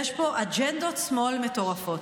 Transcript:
יש פה אג'נדות שמאל מטורפות".